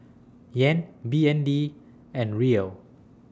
Yen B N D and Riel